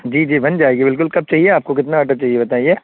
جی جی بن جائے گی بالکل کب چاہیے آپ کو کتنا آڈر چاہیے بتائیے